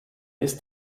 ist